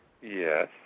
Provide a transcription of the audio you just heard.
Yes